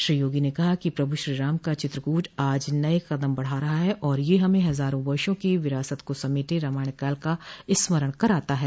श्री योगो ने कहा कि प्रभु श्री राम का चित्रकूट आज नये कदम बढ़ा रहा है और यह हमें हजारों वर्षों की विरासत को समेटे रामायण काल का स्मरण कराता है